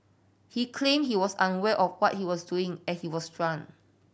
he claimed he was unaware of what he was doing as he was drunk